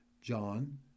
John